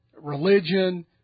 Religion